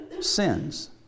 sins